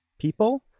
people